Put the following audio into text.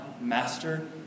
master